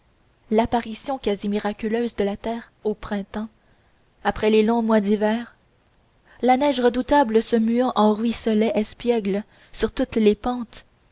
l'apparition quasi miraculeuse de la terre au printemps après les longs mois d'hiver la neige redoutable se muant en ruisselets espiègles sur toutes les pentes